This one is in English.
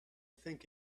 think